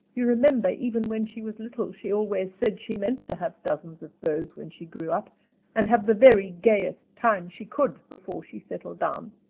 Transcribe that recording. you remember even when she was little she always said she meant to have dozens of beaus when she grew up and have the very gayest time she could before she settled down.